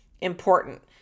important